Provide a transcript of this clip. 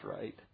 right